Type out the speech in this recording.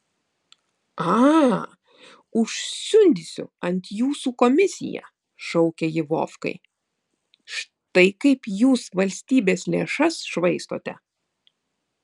a užsiundysiu ant jūsų komisiją šaukė ji vovkai štai kaip jūs valstybės lėšas švaistote